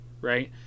right